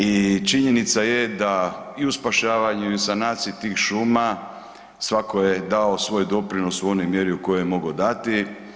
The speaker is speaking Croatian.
I činjenica je da i u spašavanju i u sanaciji tih šuma svako je dao svoj doprinos u onoj mjeri u kojoj je mogao dati.